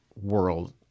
world